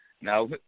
now